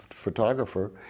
photographer